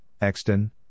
Exton